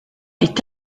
est